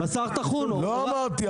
לא אמרתי.